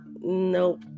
nope